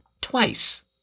twice